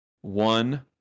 One